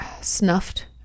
snuffed